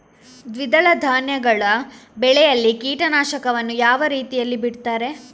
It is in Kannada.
ದ್ವಿದಳ ಧಾನ್ಯಗಳ ಬೆಳೆಯಲ್ಲಿ ಕೀಟನಾಶಕವನ್ನು ಯಾವ ರೀತಿಯಲ್ಲಿ ಬಿಡ್ತಾರೆ?